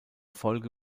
folge